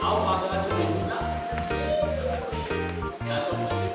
no no